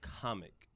comic